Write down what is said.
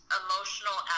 emotional